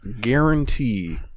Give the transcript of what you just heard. guarantee